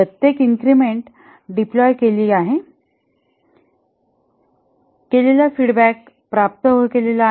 प्रत्येक increment deploy केली आहे केलेला फीडबॅक प्राप्त होतो